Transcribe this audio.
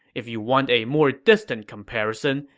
if you want a more distant comparison,